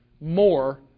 more